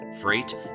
freight